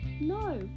no